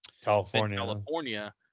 California